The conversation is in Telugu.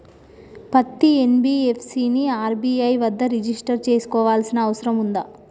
పత్తి ఎన్.బి.ఎఫ్.సి ని ఆర్.బి.ఐ వద్ద రిజిష్టర్ చేసుకోవాల్సిన అవసరం ఉందా?